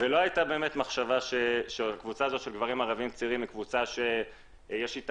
ולא הייתה מחשבה שהקבוצה הזאת של גברים ערבים צעירים היא קבוצה שיש אתה